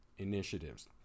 initiatives